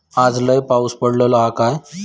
आज लय पाऊस पडतलो हा काय?